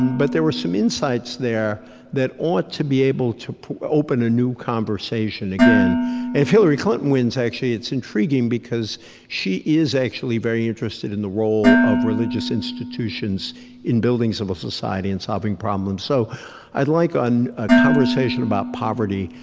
but there were some insights there that ought to be able to open a new conversation again. and if hillary clinton wins, actually, it's intriguing because she is actually very interested in the role of religious institutions in building civil society and solving problems. so i'd like a ah conversation about poverty.